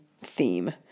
theme